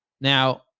now